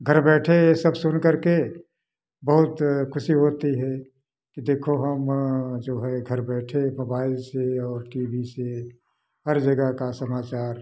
घर बैठे ये सब सुनकर के बहुत खुशी होती है कि देखो हम जो है घर बैठे मोबाइल से और टी वी से हर जगह का समाचार